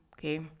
Okay